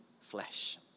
flesh